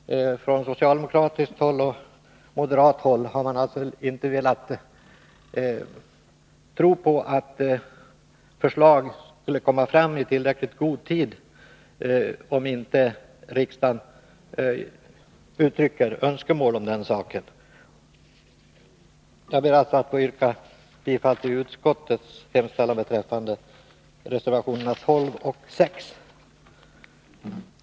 Från socialdemokratiskt och moderat håll har man inte velat tro på att förslag skulle komma fram i tillräckligt god tid, om inte riksdagen uttrycker önskemål om den saken. Jag ber att få yrka bifall till utskottets hemställan beträffande reservationerna 12 och 6.